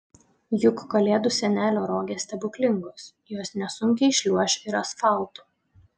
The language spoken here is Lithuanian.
juk kalėdų senelio rogės stebuklingos jos nesunkiai šliuoš ir asfaltu